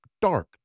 dark